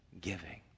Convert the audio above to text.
giving